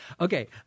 Okay